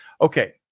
Okay